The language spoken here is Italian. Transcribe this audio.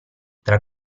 tra